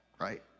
right